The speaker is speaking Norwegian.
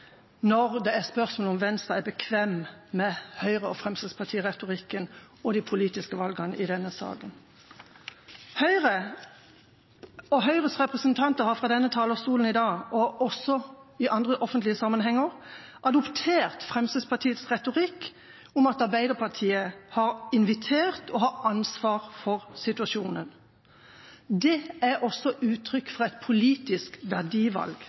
når det er spørsmål om Venstre er bekvem med Høyre- og Fremskrittsparti-retorikken og de politiske valgene i denne saken. Høyre og Høyres representanter har fra denne talerstolen i dag, og også i andre offentlige sammenhenger, adoptert Fremskrittspartiets retorikk om at Arbeiderpartiet har invitert til og har ansvar for situasjonen. Det er også uttrykk for et politisk verdivalg.